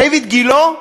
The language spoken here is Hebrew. דיויד גילה,